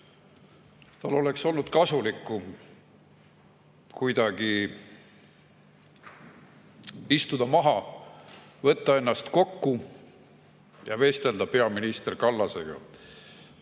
Tal oleks olnud kasulikum istuda maha, võtta ennast kokku ja vestelda peaminister Kallasega.